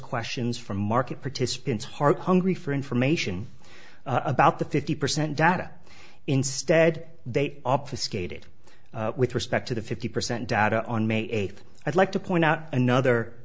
questions from market participants hark hungry for information about the fifty percent data instead they obfuscated with respect to the fifty percent data on may eighth i'd like to point out another